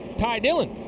ty dillon,